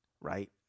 right